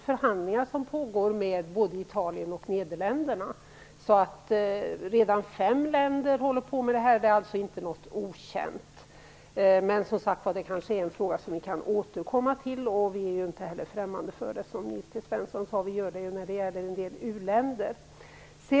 Förhandlingar pågår med Italien och Nederländerna. Redan fem länder håller alltså på med det här, det är inte något okänt. Det är en fråga som vi kanske kan återkomma till. Vi är inte främmande för det. Som Nils T Svensson sade gör vi så i u-länder.